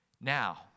Now